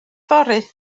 yfory